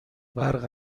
برق